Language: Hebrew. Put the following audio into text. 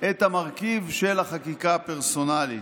את המרכיב של החקיקה הפרסונלית.